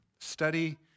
Study